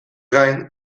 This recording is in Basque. gain